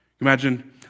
imagine